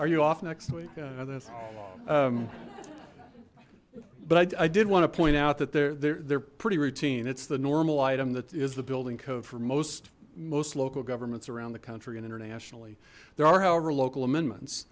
are you off next week but i did want to point out that they're there they're pretty routine it's the normal item that is the building code for most most local governments around the country and internationally there are however local amendments